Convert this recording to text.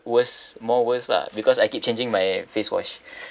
worse more worse lah because I keep changing my face wash